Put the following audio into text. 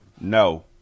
no